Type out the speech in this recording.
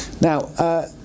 Now